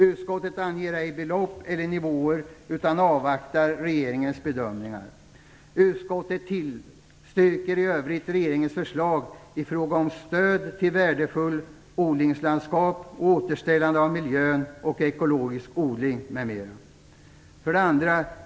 Utskottet anger ej belopp eller nivåer utan avvaktar regeringens bedömningar. Utskottet tillstyrker i övrigt regeringens förslag i fråga om stöd till värdefulla odlingslandskap, återställande av miljön och ekologisk odling m.m. 2.